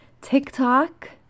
TikTok